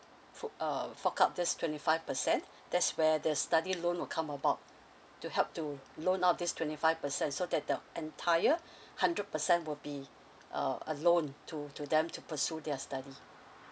fu~ uh fork out this twenty five percent that's where the study loan will come about to help to loan up this twenty five percent so that the entire hundred percent will be uh a loan to to them to pursue their study